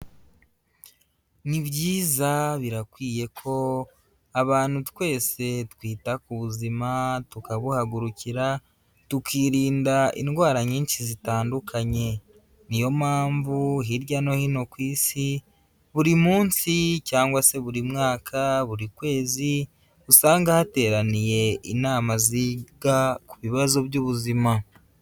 Ni byiza birakwiye ko abantu twese twita ku buzima, tukabuhagurukira, tukirinda indwara nyinshi zitandukanye. Ni yo mpamvu hirya no hino ku isi, buri munsi cyangwa se buri mwaka, buri kwezi, usanga hateraniye inama ziga ku bibazo by'ubuzima.